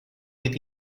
with